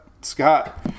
Scott